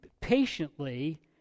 patiently